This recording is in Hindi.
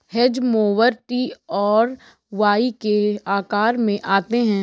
हेज मोवर टी और वाई के आकार में आते हैं